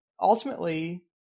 ultimately